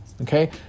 okay